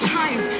time